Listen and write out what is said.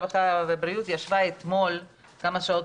הרווחה והבריאות ישבה אתמול כמה שעות